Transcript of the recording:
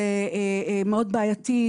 זה מאוד בעייתי.